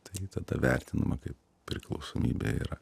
tai tada vertinama kaip priklausomybė yra